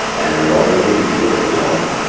and right away you can feel the result.